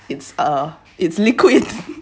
it's a it's liquid